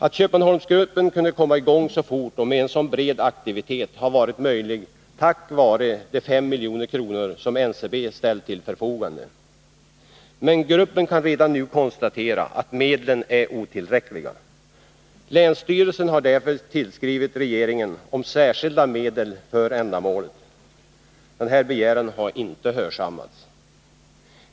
Att Köpmanholmsgruppen kunnat komma i gång så fort och med en så bred aktivitet har varit möjligt tack vare de 5 milj.kr. som NCB ställt till förfogande. Men gruppen kan redan nu konstatera att medlen är otillräck liga. Länsstyrelsen har därför tillskrivit regeringen och anhållit om särskilda medel för ändamålet. Denna begäran har inte hörsammats.